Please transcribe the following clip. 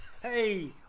Hey